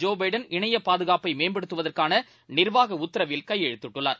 ஜோபைடள் இணையபாதகாப்பைமேம்படுத்துவதற்கானநிர்வாகஉத்தரவில் கையெழுத்திட்டுள்ளார்